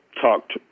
talked